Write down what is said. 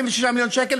26 מיליון שקל,